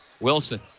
Wilson